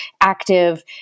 active